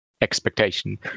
expectation